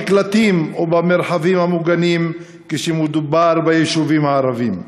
במקלטים ובמרחבים מוגנים כשמדובר ביישובים הערביים.